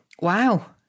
wow